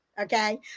Okay